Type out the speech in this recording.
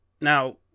now